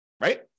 Right